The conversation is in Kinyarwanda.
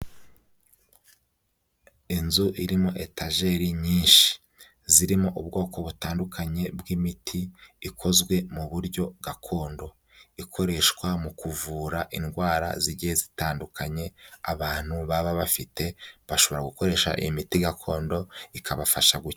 Inzu irimo etajeri nyinshi, zirimo ubwoko butandukanye bw'imiti ikozwe mu buryo gakondo, ikoreshwa mu kuvura indwara zigiye zitandukanye abantu baba bafite, bashobora gukoresha imiti gakondo ikabafasha gukira.